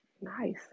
Nice